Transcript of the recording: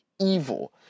evil